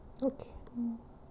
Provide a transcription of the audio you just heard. okay